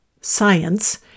science